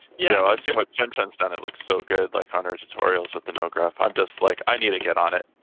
yeah, i've seen what chin chin's done, it looks so good like on her tutorials with the nodegraph. i'm just like, i need to get on it.